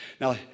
Now